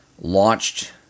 launched